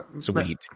Sweet